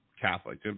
catholic